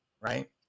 right